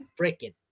freaking